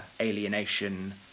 alienation